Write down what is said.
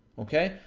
okay?